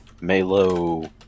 Melo